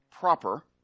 proper